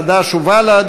חד"ש ובל"ד.